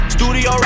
Studio